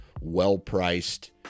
well-priced